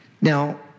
Now